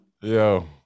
Yo